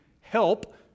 help